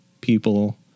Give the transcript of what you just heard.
people